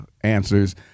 answers